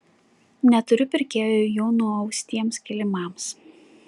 neturiu pirkėjų jau nuaustiems kilimams